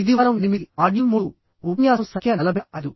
ఇది వారం 8 మాడ్యూల్ 3ఉపన్యాసం సంఖ్య 45